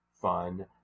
fun